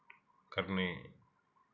करने